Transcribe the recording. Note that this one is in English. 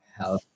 Hello